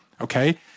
okay